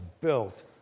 built